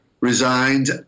resigned